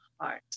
heart